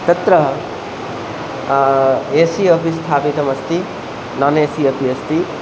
तत्र A C अपि स्थापितमस्ति नान् ए सि अपि अस्ति